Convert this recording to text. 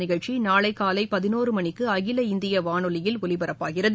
நிகழ்ச்சி நாளை காலை பதினோரு மணிக்கு அகில இந்திய வானொலியில் ஒலிபரப்பாகிறது